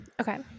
Okay